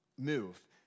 Move